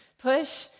push